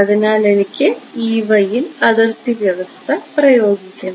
അതിനാൽ എനിക്ക് യിൽ അതിർത്തി വ്യവസ്ഥ പ്രയോഗിക്കണം